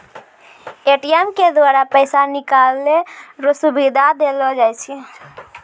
ATM के द्वारा पैसा निकालै रो सुविधा देलो जाय छै